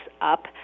up